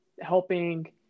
helping